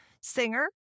Singer